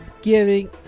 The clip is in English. giving